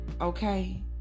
okay